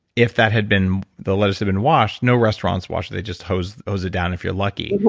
if that had been, the lettuce had been washed, no restaurants wash it, they just hose hose it down if you're lucky,